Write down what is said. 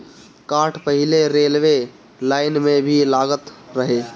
काठ पहिले railway line में भी लागत रहे